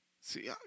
See